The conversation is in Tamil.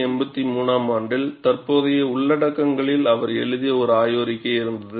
1983 ஆம் ஆண்டில் தற்போதைய உள்ளடக்கங்களில் அவர் எழுதிய ஒரு ஆய்வறிக்கை இருந்தது